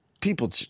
people